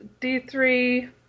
D3